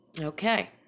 Okay